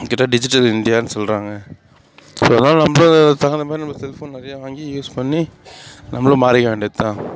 கேட்டால் டிஜிட்டல் இந்தியான்னு சொல்கிறாங்க ஸோ அதனால் நம்ம அதுக்கு தகுந்த மாதிரி செல்ஃபோன் நிறையா வாங்கி யூஸ் பண்ணி நம்மளும் மாறிக்க வேண்டியது தான்